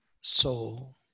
soul